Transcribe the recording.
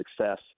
success